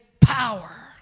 power